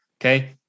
Okay